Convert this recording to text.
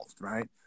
right